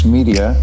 Media